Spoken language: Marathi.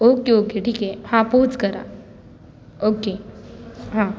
ओके ओके ठीक आहे हां पोहोच करा ओके हां